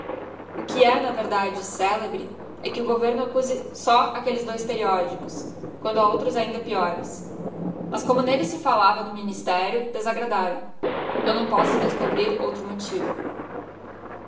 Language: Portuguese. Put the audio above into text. o que é na verdade celebre é que o governo accuse só aquelles dois periódicos quando ha outros ainda peiores mas como nelles se fallava do tamoyo e sentinella da praia granie digitized by vjooqic ministério desagradaram eu não posso descobrir ou tro motivo